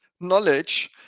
knowledge